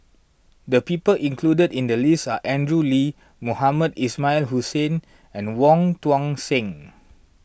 the people included in the list are Andrew Lee Mohamed Ismail Hussain and Wong Tuang Seng